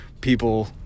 people